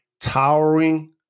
towering